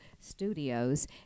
Studios